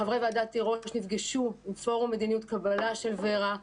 חברי ועדת תירוש נפגשו עם פורום מדיניות קבלה של ור"ה,